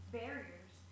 barriers